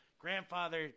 Grandfather